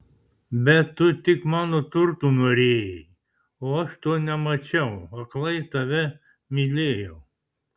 bet tu tik mano turtų norėjai o aš to nemačiau aklai tave mylėjau